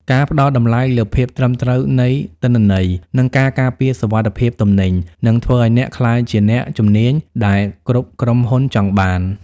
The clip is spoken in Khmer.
ការផ្តល់តម្លៃលើភាពត្រឹមត្រូវនៃទិន្នន័យ និងការការពារសុវត្ថិភាពទំនិញ នឹងធ្វើឱ្យអ្នកក្លាយជាអ្នកជំនាញដែលគ្រប់ក្រុមហ៊ុនចង់បាន។